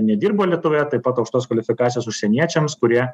nedirbo lietuvoje taip pat aukštos kvalifikacijos užsieniečiams kurie